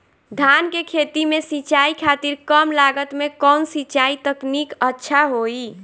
धान के खेती में सिंचाई खातिर कम लागत में कउन सिंचाई तकनीक अच्छा होई?